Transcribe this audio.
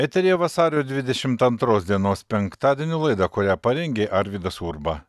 eteryje vasario dvidešimt antros dienos penktadienio laida kurią parengė arvydas urba